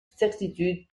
certitude